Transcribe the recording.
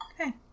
Okay